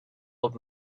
old